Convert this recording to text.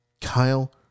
Kyle